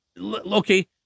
okay